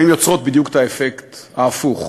יוצרות בדיוק את האפקט ההפוך: